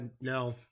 No